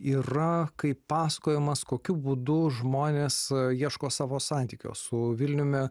yra kaip pasakojimas kokiu būdu žmonės ieško savo santykio su vilniumi